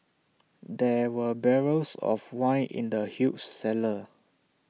there were barrels of wine in the huge cellar